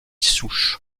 souche